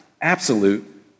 absolute